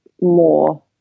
more